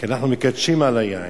כי אנחנו מקדשים על היין.